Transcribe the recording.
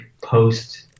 post